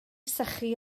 sychu